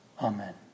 amen